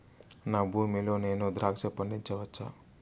నా భూమి లో నేను ద్రాక్ష పండించవచ్చా?